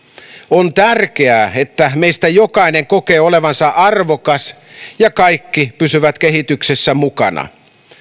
on tärkeää että meistä jokainen kokee olevansa arvokas ja kaikki pysyvät kehityksessä mukana